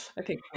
okay